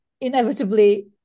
inevitably